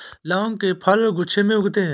लौंग के फल गुच्छों में उगते हैं